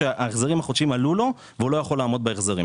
וההחזרים החודשיים עלו לו והוא לא יכול לעמוד בהם.